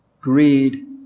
greed